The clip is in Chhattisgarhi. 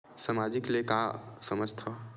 सामाजिक ले का समझ थाव?